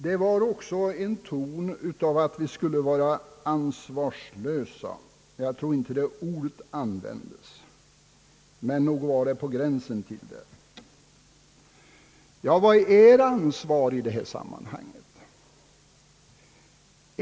Det fanns också i herr Strands anförande en ton att vi skulle vara ansvarslösa — jag tror inte att detta ord användes, men det var på gränsen därtill. Vad är då ansvar i detta sammanhang?